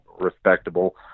respectable